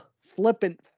flippant